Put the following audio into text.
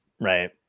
Right